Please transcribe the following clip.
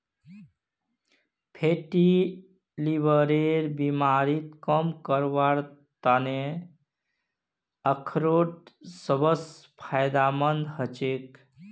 fatty लीवरेर बीमारी कम करवार त न अखरोट सबस फायदेमंद छेक